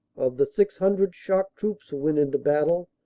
of the six hundred shock troops who went into battle,